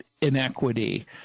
inequity